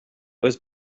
was